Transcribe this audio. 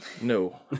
No